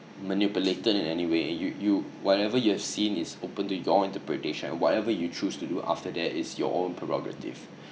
manipulated in anyway you you whatever you've seen is open to your interpretation whatever you choose to do after that is your own prerogative